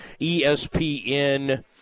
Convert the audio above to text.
ESPN